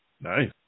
Nice